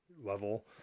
level